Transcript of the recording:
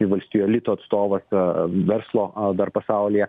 valstijų elito atstovas verslo dar pasaulyje